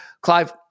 Clive